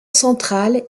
central